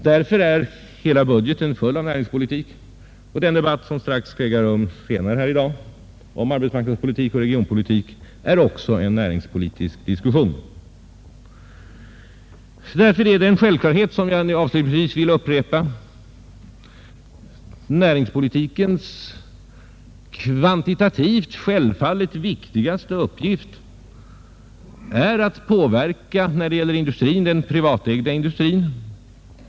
Därför är hela budgeten full av näringspolitik, och den debatt som skall äga rum senare här i dag om arbetsmarknadspolitik och regionpolitik blir också en näringspolitisk diskussion. Därför är det en självklarhet, vilket jag avslutningsvis vill upprepa, att näringspolitikens kvantitativt viktigaste uppgift är att påverka den privatägda industrin.